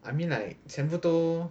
I mean like 全部都